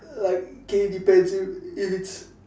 like okay it depends if if it's